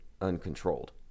uncontrolled